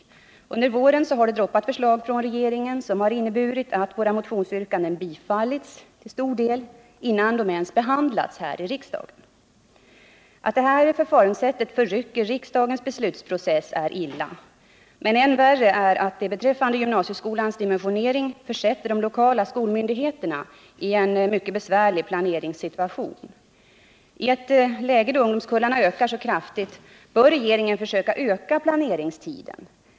Under våren har det droppat förslag från regeringen, som har inneburit att våra motionsyrkanden till stor del har bifallits innan de ens behandlats här i riksdagen. Att det här förfaringsättet förrycker riksdagens beslutsprocess är illa, men ännu värre är att det beträffande gymnasieskolans dimensionering försätter de lokala skolmyndigheterna i en mycket besvärlig planeringssituation. I ett läge då ungdomskullarna ökar så kraftigt bör regeringen försöka öka planeringstiden.